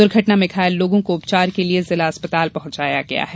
दुर्घटना में घायल लोगों को उपचार के लिये जिला अस्पताल पहुंचाया गया है